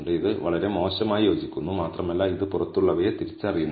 ഇത് വളരെ മോശമായി യോജിക്കുന്നു മാത്രമല്ല ഇത് പുറത്തുള്ളവയെ തിരിച്ചറിയുന്നില്ല